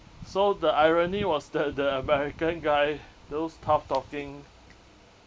so the irony was the the american guy those tough talking